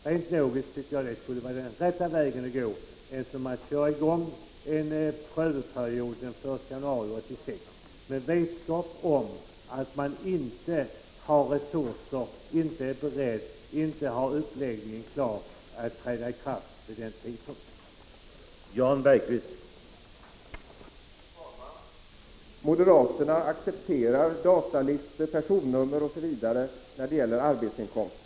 Rent logiskt tycker jag att detta skulle vara den rätta vägen att gå i stället för att ha en prövoperiod 1986, med vetskap om att man inte har resurser, inte är beredd och inte har uppläggningen klar, så att systemet kan träda i kraft vid den föreslagna tidpunkten.